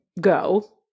go